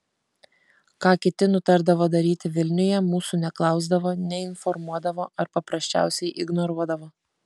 ką kiti nutardavo daryti vilniuje mūsų neklausdavo neinformuodavo ar paprasčiausiai ignoruodavo